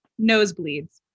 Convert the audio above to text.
Nosebleeds